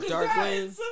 Darklands